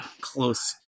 ...close